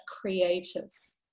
creators